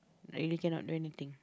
really cannot do anything